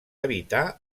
evitar